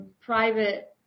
private